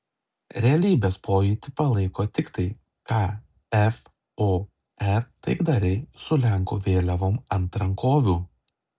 realybės pojūtį palaiko tiktai kfor taikdariai su lenkų vėliavom ant rankovių